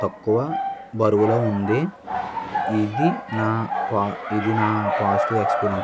తక్కువ బరువులో ఉంది ఇది నా పా ఇది నా పాజిటివ్ ఎక్స్పీరియన్స్